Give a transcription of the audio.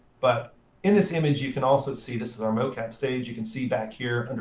but in this image, you can also see this is our mocap stage you can see, back here, and